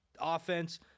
offense